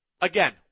Again